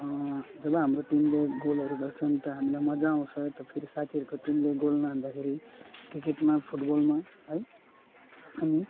जब हाम्रो टिमले गोलहरू गर्छन् त हामीलाई मजा आउँछ त फेरि साथीहरूको टिमले गोल न हान्दाखेरि क्रिकेटमा फुटबलमा है अनि